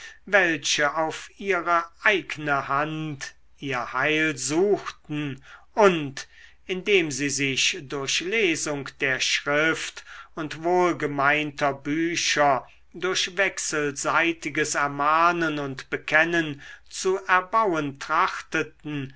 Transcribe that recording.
welche auf ihre eigne hand ihr heil suchten und indem sie sich durch lesung der schrift und wohlgemeinter bücher durch wechselseitiges ermahnen und bekennen zu erbauen trachteten